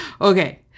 Okay